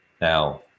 now